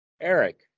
Eric